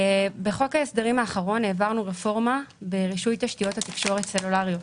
בחוק ההסדרים האחרון העברנו רפורמה ברישוי תשתיות תקשורת סלולריות.